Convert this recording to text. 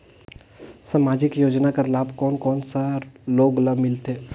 समाजिक योजना कर लाभ कोन कोन सा लोग ला मिलथे?